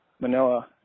Manila